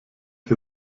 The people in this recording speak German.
ich